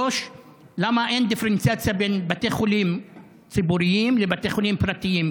3. למה אין דיפרנציאציה בין בתי חולים ציבוריים לבתי חולים פרטיים?